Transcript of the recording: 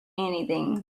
anything